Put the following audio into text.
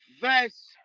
Verse